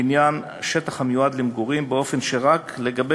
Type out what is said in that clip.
לעניין שטח המיועד למגורים באופן שרק לגבי